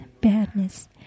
badness